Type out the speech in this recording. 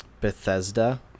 Bethesda